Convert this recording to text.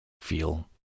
feel